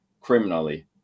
criminally